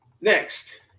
Next